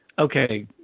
okay